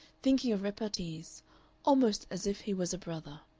thinking of repartees almost as if he was a brother.